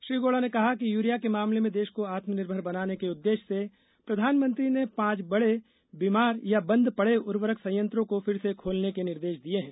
श्री गौड़ा ने कहा कि यूरिया के मामले में देश को आत्मनिर्भर बनाने के उद्देश्य से प्रधानमंत्री ने पांच बड़े बीमार या बंद पड़े उर्वरक संयंत्रों को फिर से खोलने के निर्देश दिये हैं